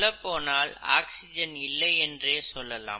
சொல்லப்போனால் ஆக்ஸிஜன் இல்லை என்றே சொல்லலாம்